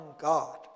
God